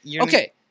okay